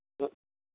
हम्म